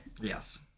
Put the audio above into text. Yes